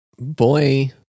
Boy